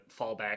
fallback